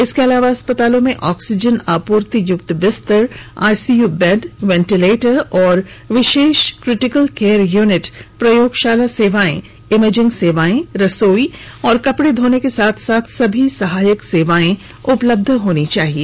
इसके अलावा अस्पतालों में ऑक्सीजन आपूर्ति युक्त बिस्तर आईसीयू बैड वेंटिलेटर और विशेष क्रिटिकल केयर यूनिट प्रयोगशाला सेवाएं इमेजिंग सेवाएं रसोई और कपड़े धोने के साथ साथ सभी सहायक सेवाएं उपलब्ध होनी चाहिए